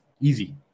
easy